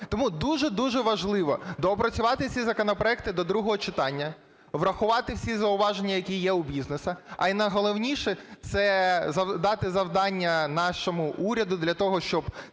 Тому дуже-дуже важливо доопрацювати ці законопроекти до другого читання, врахувати всі зауваження, які є у бізнеса, а найголовніше - це дати завдання нашому уряду для того, щоб